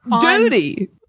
Duty